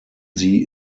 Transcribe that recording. sie